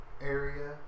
area